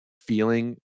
feeling